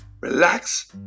relax